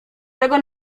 tego